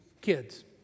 kids